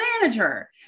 manager